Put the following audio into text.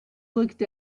looked